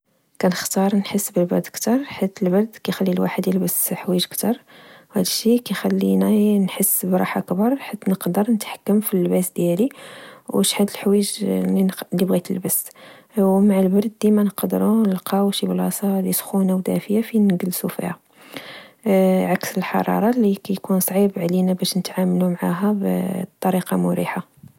كنختار نحس بالبرد كتر، حيث البرد كيخلي الواحد يلبس حوايج كتر ،وهذا الشي كيخليني نحس براحة كبر حيت نقدر نتحكم في اللباس ديالي و شحال الحوايج اللي بغيت نلبس. ومع البرد، دايما نقدرو نلقاو شي بلاصة اللي سخونة و دافية فين نجلسو فيها. عكس الحرارة اللي ككون صعيب علينا باش نتعاملو معاها بطريقة مريحة